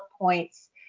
points